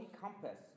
compass